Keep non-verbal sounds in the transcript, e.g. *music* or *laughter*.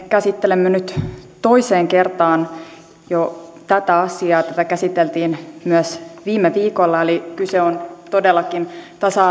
*unintelligible* käsittelemme nyt jo toiseen kertaan tätä asiaa tätä käsiteltiin myös viime viikolla eli kyse on todellakin tasa *unintelligible*